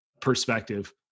perspective